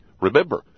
Remember